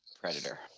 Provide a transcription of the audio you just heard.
Predator